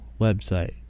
website